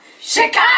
Chicago